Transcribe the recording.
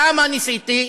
למה ניסיתי?